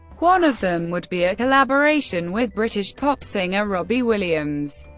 one of them would be a collaboration with british pop singer robbie williams.